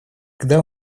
когда